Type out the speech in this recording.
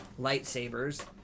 lightsabers